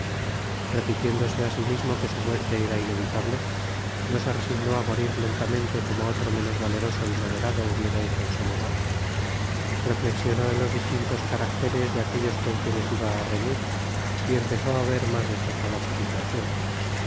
repitiéndose á si mismo que su muerte era inevitable no se resignó á morir lentamente como otro menos valeroso y moderado hubiera hecho en su lugar reflexionó en los distintos caracteres de aquellos con quienes iba á reñir y empezó á ver mas despejada su situacion